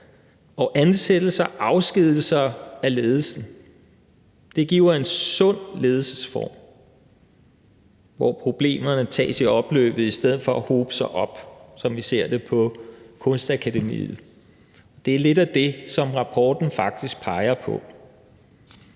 og ansættelse og afskedigelse af ledelsen. Det giver en sund ledelsesform, hvor problemerne tages i opløbet i stedet for at hobe sig op, som vi ser det på Kunstakademiet. Det er lidt af det, som rapporten faktisk peger på.